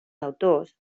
autors